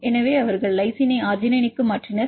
எனவே அவர்கள் லைசினை அர்ஜினைனுக்கு மாற்றினர்